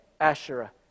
Asherah